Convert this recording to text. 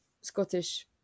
Scottish